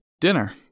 Dinner